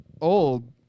old